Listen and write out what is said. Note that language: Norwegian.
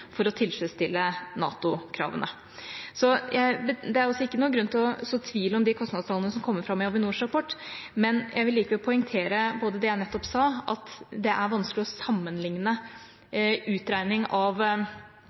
for å tilfredsstille NATO-kravene. Det er ikke noen grunn til å så tvil om de kostnadstallene som kom fram i Avinors rapport, men jeg vil likevel poengtere det jeg nettopp sa, at det er vanskelig å sammenlikne utregning av